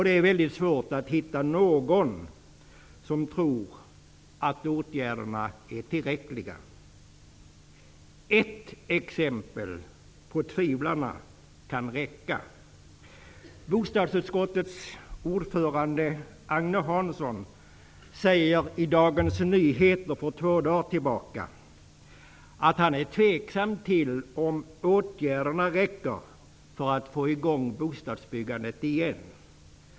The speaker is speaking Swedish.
Det är mycket svårt att hitta någon som tror att åtgärderna är tillräckliga. Det kan räcka med ett exempel på dem som tvivlar. Bostadsutskottets ordförande Agne Hansson säger i Dagens Nyheter för några dagar sedan att han är tveksam om åtgärderna räcker för att få i gång bostadsbyggandet igen.